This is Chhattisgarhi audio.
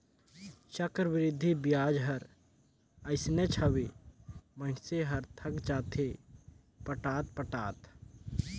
चक्रबृद्धि बियाज हर अइसनेच हवे, मइनसे हर थक जाथे पटात पटात